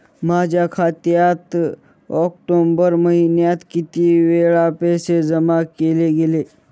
माझ्या खात्यात ऑक्टोबर महिन्यात किती वेळा पैसे जमा केले गेले?